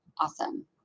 Awesome